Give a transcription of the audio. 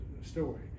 story